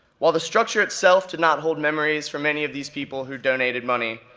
while the structure itself did not hold memories for many of these people who donated money,